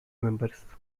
members